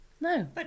no